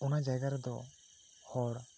ᱚᱱᱟ ᱡᱟᱭᱜᱟ ᱨᱮᱫᱚ ᱦᱚᱲ